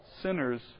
sinners